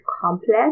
complex